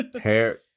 Hair